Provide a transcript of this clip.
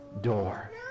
door